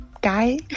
guy